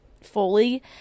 fully